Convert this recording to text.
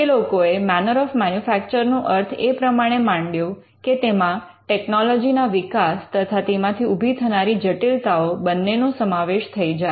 તે લોકો એ મૅનર ઑફ મેનુમૅન્યુફૅક્ચર નો અર્થ એ પ્રમાણે માંડ્યો કે તેમાં ટેકનોલોજીના વિકાસ તથા તેમાંથી ઊભી થનારી જટિલતાઓ બન્નેનો સમાવેશ થઇ જાય